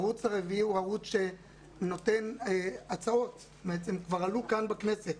הערוץ הרביעי נותן הצעות בעצם כבר עלו כאן בכנסת